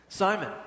Simon